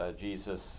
Jesus